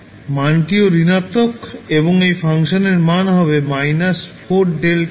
মানটিও ঋণাত্মক এবং এই ফাংশনের মান হবে 4δt − 3